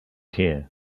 here